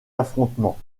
affrontements